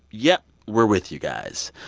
yep. we're with you guys.